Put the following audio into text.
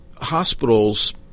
hospitals